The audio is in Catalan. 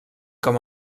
com